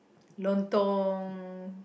Lontong